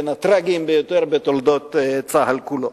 בין הטרגיים ביותר בתולדות צה"ל כולו.